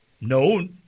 No